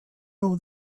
know